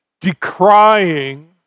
decrying